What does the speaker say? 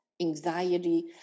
Anxiety